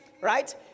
right